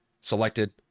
selected